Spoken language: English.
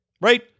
Right